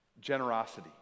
Generosity